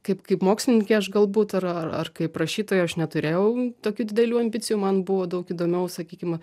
kaip kaip mokslininkė aš galbūt ar ar ar kaip rašytoja aš neturėjau tokių didelių ambicijų man buvo daug įdomiau sakykim